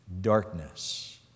darkness